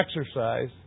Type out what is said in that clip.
exercise